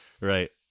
right